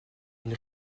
une